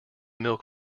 milk